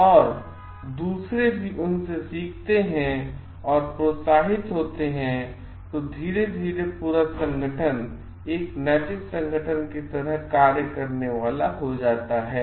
और और दूसरे भी उनसे सीखते है और प्रोत्साहित होते हैं और धीरे धीरे पूरा संगठन एक नैतिक संगठन की तरह कार्य करने जा रहा है